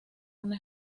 una